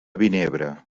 vinebre